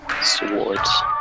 Swords